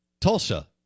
Tulsa